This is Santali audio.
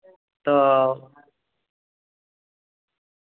ᱛᱚ